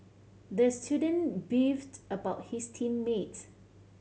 the student beefed about his team mates